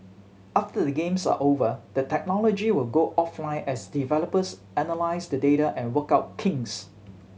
after the games are over the technology will go offline as developers analyse the data and work out kinks